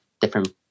different